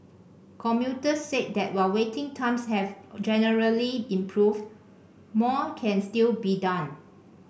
commuters said that while waiting times have generally improved more can still be done